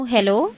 Hello